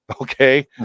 Okay